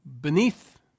beneath